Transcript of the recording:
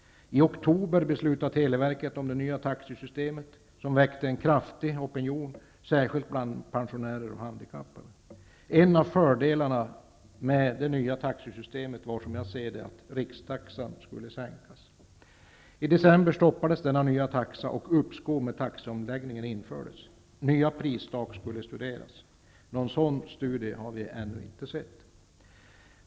I oktober beslutade televerket om det nya taxesystemet, vilket väckte en kraftig opinion -- särskilt bland pensionärer och handikappade. En av fördelarna med det nya taxesystemt var, som jag ser saken, att rikstaxan skulle sänkas. I december stoppades denna nya taxa, och uppskov med taxeomläggningen genomfördes. Nya pristak skulle studeras. Någon sådan studie har vi dock ännu inte sett till.